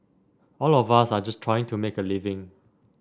all of us are just trying to make a living